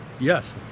yes